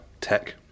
tech